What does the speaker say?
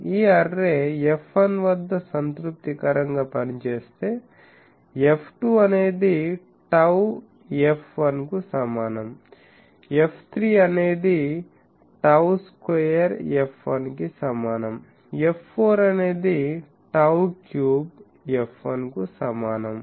ఈ array f1 వద్ద సంతృప్తికరంగా పనిచేస్తే f2 అనేది టౌ f1 కు సమానం f3 అనేది టౌ స్క్వేర్ f1 కు సమానం f4 అనేది టౌ క్యూబ్ f1 కు సమానం